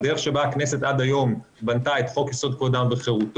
לדרך שבה הכנסת בנתה את חוק יסוד: כבוד האדם וחירותו